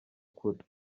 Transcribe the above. kure